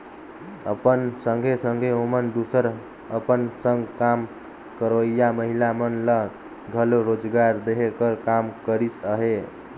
अपन संघे संघे ओमन दूसर अपन संग काम करोइया महिला मन ल घलो रोजगार देहे कर काम करिस अहे